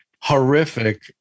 horrific